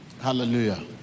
Hallelujah